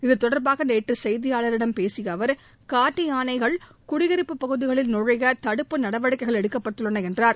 இத்தொடர்பாக நேற்று செய்தியாளர்களிடம் பேசிய அவர் காட்டு யானைகள் குடியிருப்புப் பகுதிகளில் நுழைய தடுப்பு நடவடிக்கைககள் எடுக்கப்பட்டுள்ளன என்றார்